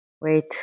Wait